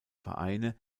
vereine